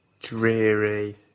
dreary